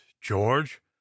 George